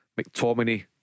McTominay